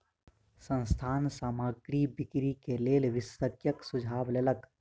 संस्थान सामग्री बिक्री के लेल विशेषज्ञक सुझाव लेलक